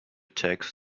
text